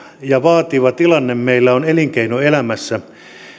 ja vaativa tilanne meillä on elinkeinoelämässä